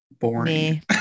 boring